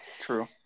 True